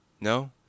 No